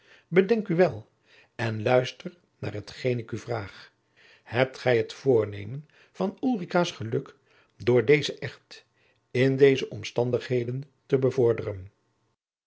bedenk u wel en luister naar hetgeen ik u vraag hebt gij het voornemen van ulricaas geluk door dezen echt in deze omstandigheden te bevorderen